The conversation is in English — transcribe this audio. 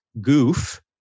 goof